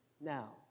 Now